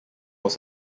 was